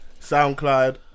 SoundCloud